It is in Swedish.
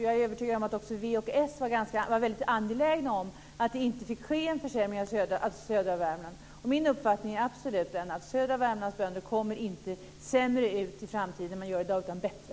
Jag är övertygad om att man också från v och s var väldigt angelägen om att det inte fick ske en försämring för södra Värmland. Det är absolut min uppfattning att södra Värmlands bönder inte kommer sämre ut i framtiden än i dag, utan bättre.